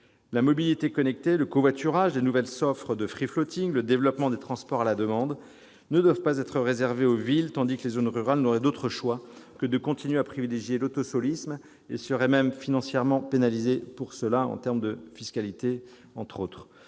La mobilité connectée, le covoiturage, les nouvelles offres de, le développement des transports à la demande ne doivent pas être réservés aux villes, tandis que les zones rurales n'auraient d'autre choix que de continuer à privilégier l'« autosolisme » et seraient même financièrement pénalisées pour cela, notamment en termes de fiscalité. Une très